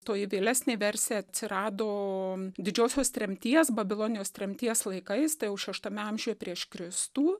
toji vėlesnė versija atsirado didžiosios tremties babilonijos tremties laikais tai jau šeštame amžiuje prieš kristų